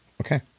okay